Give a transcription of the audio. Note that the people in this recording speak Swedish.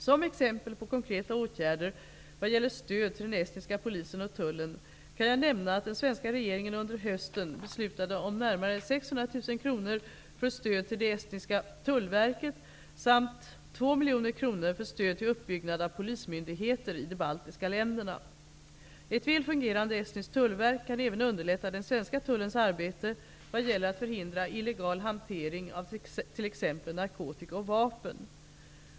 Som exempel på konkreta åtgärder vad gäller stöd till den estniska polisen och tullen kan jag nämna att den svenska regeringen under hösten beslutade om närmare 600 000 kr för stöd till det estniska tullverket samt 2 miljoner kronor för stöd till uppbyggnad av polismyndigheter i de baltiska staterna. Ett väl fungerande estniskt tullverk kan även underlätta den svenska tullens arbete vad gäller att förhindra illegal hantering av t.ex. narkotika och vapen.